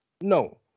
No